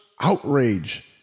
outrage